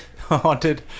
Haunted